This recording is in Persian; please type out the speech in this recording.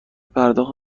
پرداخت